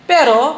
Pero